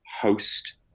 host